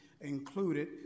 included